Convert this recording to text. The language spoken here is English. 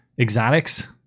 exotics